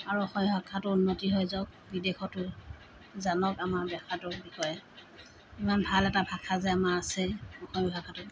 আৰু অসমীয়া ভাষাটোৰ উন্নতি হৈ যাওক বিদেশতো জানক আমাৰ ভাষাটোৰ বিষয়ে ইমান ভাল এটা ভাষা যে আমাৰ আছে অসমীয়া ভাষাটো